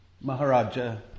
Maharaja